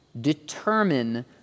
determine